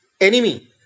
enemy